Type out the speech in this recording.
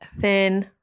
Thin